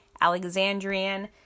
Alexandrian